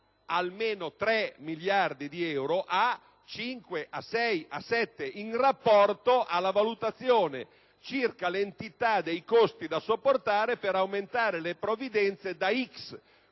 almeno, 3 miliardi di euro a 5, 6, 7 miliardi in rapporto alla valutazione circa l'entità dei costi da sopportare per aumentare le provvidenze da X,